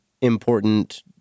important